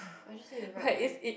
I will just need to write my